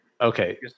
Okay